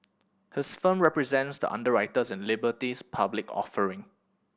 his firm represents the underwriters in Liberty's public offering